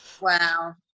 Wow